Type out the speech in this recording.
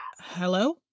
Hello